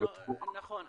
נכון,